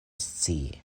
scii